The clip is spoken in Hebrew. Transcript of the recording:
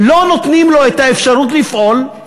לא נותנים לו את האפשרות לפעול,